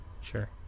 Sure